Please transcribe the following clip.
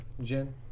Jen